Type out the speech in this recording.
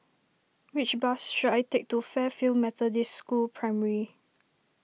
which bus should I take to Fairfield Methodist School Primary